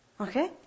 Okay